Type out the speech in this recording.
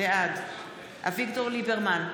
בעד אביגדור ליברמן,